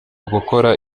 gukora